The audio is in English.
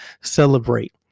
celebrate